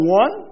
one